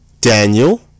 Daniel